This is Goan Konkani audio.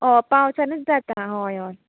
हय पावसानूच जाता हय हय